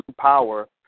power